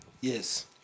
Yes